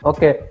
Okay